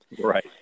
right